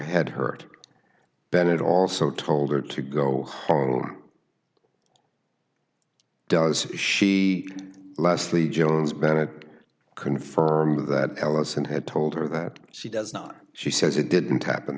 head hurt bennett also told her to go home does she leslie jones bennett confirmed that allison had told her that she does not she says it didn't happen